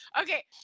Okay